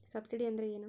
Subsidy ಅಂದ್ರೆ ಏನು?